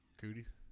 Cooties